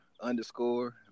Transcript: underscore